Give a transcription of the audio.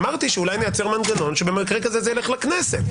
אמרתי שאולי נייצר מנגנון שבמקרה כזה זה ילך לכנסת,